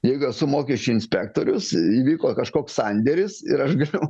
jeigu esu mokesčių inspektorius įvyko kažkoks sandėris ir aš galiu